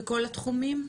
בכל התחומים?